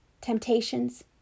Temptations